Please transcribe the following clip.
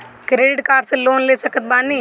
Credit card से loan ले सकत बानी?